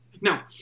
Now